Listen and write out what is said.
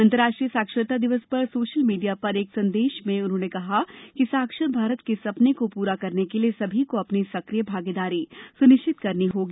अंतर्राष्ट्रीय साक्षरता दिवस पर सोशल मीडिया पर एक संदेश में उन्होंने कहा कि साक्षर भारत के सपने को पूरा करने के लिए सभी को अपनी सक्रिय भागीदारी सुनिश्चित करनी चाहिए